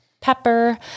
pepper